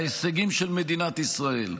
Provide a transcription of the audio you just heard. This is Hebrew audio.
ההישגים של מדינת ישראל,